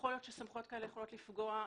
יכול להיות שסמכויות כאלה יכולות לפגוע.